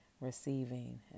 receiving